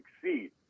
succeed